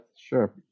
Sure